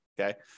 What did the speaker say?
okay